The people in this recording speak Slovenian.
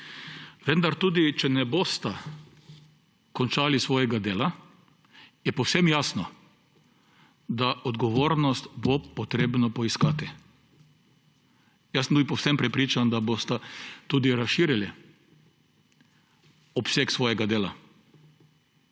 vendar tudi če ne bosta končali svojega dela, je povsem jasno, da bo odgovornost potrebno poiskati. Jaz sem tudi povsem prepričan, da bosta razširili obseg svojega dela,